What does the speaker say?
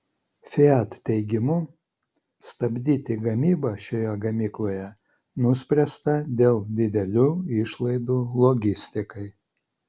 fiat teigimu stabdyti gamybą šioje gamykloje nuspręsta dėl didelių išlaidų logistikai